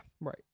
Right